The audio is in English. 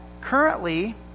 currently